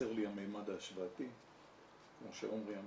חסר לי המימד ההשוואתי כמו שעומרי אמר.